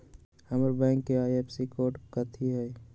हमर बैंक के IFSC code कथि हई?